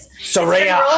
Soraya